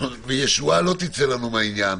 וישועה לא תצא לנו מהעניין.